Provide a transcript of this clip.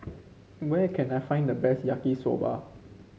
where can I find the best Yaki Soba